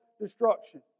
destruction